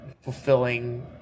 fulfilling